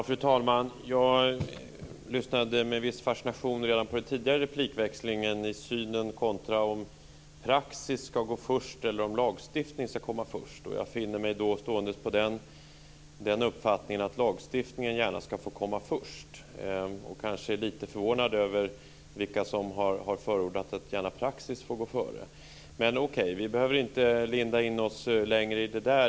Fru talman! Jag lyssnade med en viss fascination redan på den tidigare replikväxlingen om huruvida praxis ska gå först eller om lagstiftning ska komma först. Jag har den uppfattningen att lagstiftningen gärna får komma först. Jag är kanske lite förvånad över vilka som har förordat att praxis gärna får gå före. Men vi behöver inte linda in oss längre i det.